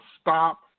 stop